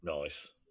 Nice